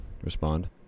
respond